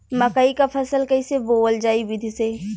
मकई क फसल कईसे बोवल जाई विधि से?